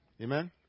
Amen